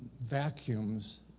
vacuums